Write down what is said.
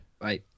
Bye